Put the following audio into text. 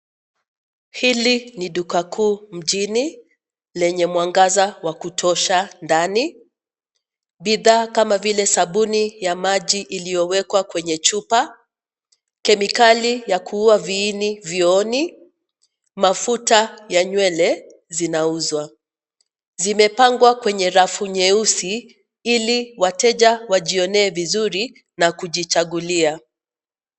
Hili ni duka kuu mjini lenye mwangaza wa kutosha ndani, bidhaa kama vile sabuni ya maji iliyowekwa kwenye chupa, kemikali ya kuua viini vyooni, mafuta ya nywele zinauzwa. Zimepangwa kwenye rafu nyeusi ili wateja wajionee vizuri na kujichagulia.